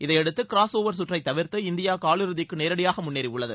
இதையடுத்து கிராஸ்ஒவர் சுற்றை தவிர்த்து இந்தியா காலிறுதிக்கு நேரடியாக முன்னேறியுள்ளது